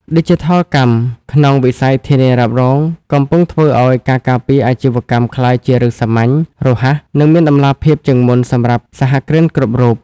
ឌីជីថលកម្មក្នុងវិស័យធានារ៉ាប់រង កំពុងធ្វើឱ្យការការពារអាជីវកម្មក្លាយជារឿងសាមញ្ញ រហ័ស និងមានតម្លាភាពជាងមុនសម្រាប់សហគ្រិនគ្រប់រូប។